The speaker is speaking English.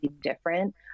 different